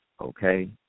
okay